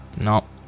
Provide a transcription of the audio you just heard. No